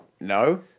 no